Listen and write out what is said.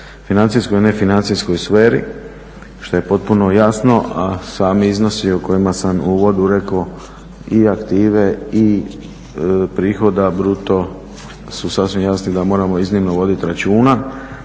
financijskoj, nefinancijskog sferi što je potpuno jasno a sami iznosi o kojima sam u uvodi rekao i aktive i prihoda bruto su sasvim jasni da moramo iznimno voditi računa